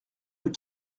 rue